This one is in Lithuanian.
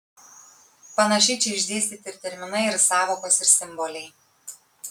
panašiai čia išdėstyti ir terminai ir sąvokos ir simboliai